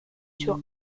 sur